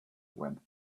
went